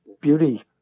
beauty